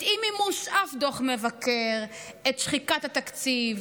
את אי-מימוש שום דוח מבקר, את שחיקת התקציב,